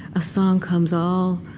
a song comes all